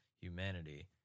humanity